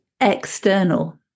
external